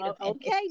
Okay